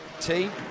team